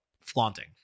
flaunting